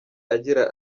agira